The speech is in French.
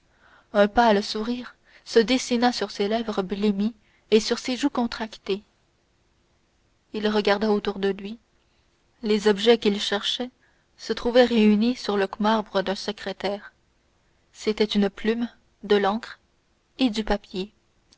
un pâle sourire se dessina sur ses lèvres blêmies et sur ses joues contractées il regarda autour de lui les objets qu'il cherchait se trouvaient réunis sur le marbre d'un secrétaire c'étaient une plume de l'encre et du papier